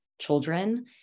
children